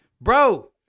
Bro